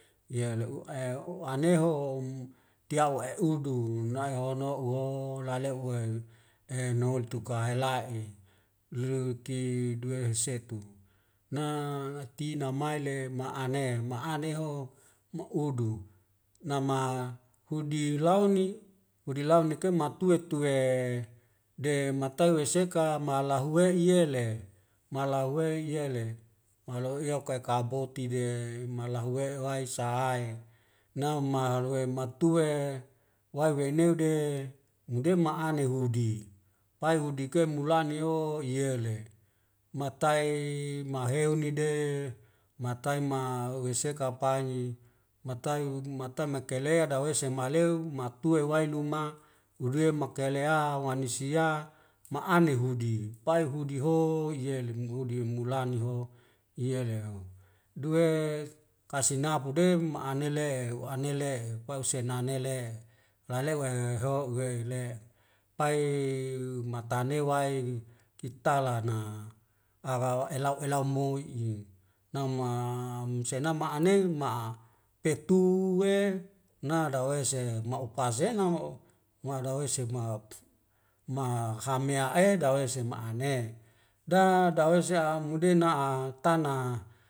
Yele u'ae u'ane ho'om tuya u'aya udu nae hono uwo laleo uwe e nol tuku ae la'e luluki duwe heusetu na natina maile ma'ane ma'ane ho mo udu nama hudi launi hudi launi mekep maptua tu e de matau weseka malahue iyele malawe yele malauiwa kai kaboti de maluhuwei wai sahae e na'uma haluwei matua e waibeuneu de mudem ma ane hudi pai hudi kemulane o yele matae maheou ni de matai ma weseka painyi mataig matai mekelea dawese mahleou matua iwai luma hule makailea wanusia ma'ane hudi pai hudi ho yelem mudi mulani ho yele o duwe kasi nabu de ma'ane ile huane ile pai usenane le la le uwewewe ho uwe le pai umatane wail kitalana wawawa elau elau moi'i nau ma senam ma anema ma'a petuwe nadawese ma'upasena mo moa dawei sebi mohap ma hamea e dawei sebi ma'ane da da a'wesi'a mude na'a tana